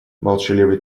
молчаливый